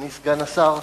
אדוני סגן השר,